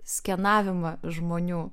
skenavimą žmonių